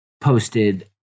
posted